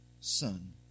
son